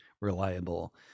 reliable